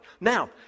Now